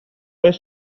هاش